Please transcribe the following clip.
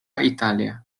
italia